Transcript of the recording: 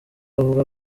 avuga